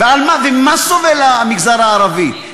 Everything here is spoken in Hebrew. וממה סובל המגזר הערבי?